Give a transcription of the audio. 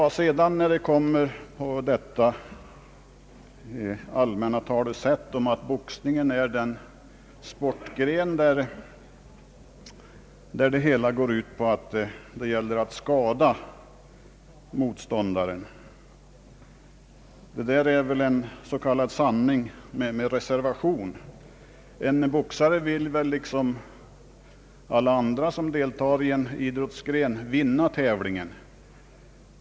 Detta allmänna talesätt att boxningen är en sportgren där allt går ut på att skada motståndaren är väl en s.k. sanning med modifikation. En boxare vill liksom alla andra som deltar i en idrottstävling vinna.